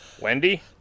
Wendy